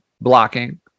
blocking